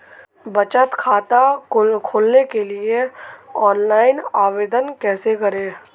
बचत खाता खोलने के लिए ऑनलाइन आवेदन कैसे करें?